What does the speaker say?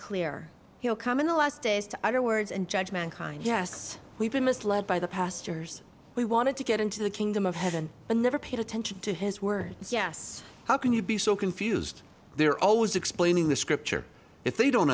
clear he'll come in the last days to other words and judge mankind yes we've been misled by the pastors we wanted to get into the kingdom of heaven but never paid attention to his words yes how can you be so confused they're always explaining the scripture if they don't